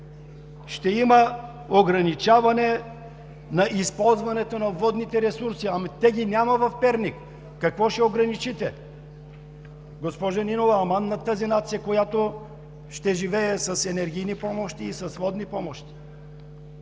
ще има ограничаване на използването на водните ресурси. Ама тях ги няма в Перник. Какво ще ограничите?! Госпожо Нинова, аман от тази нация, която ще живее с енергийни и водни помощи,